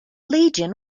legion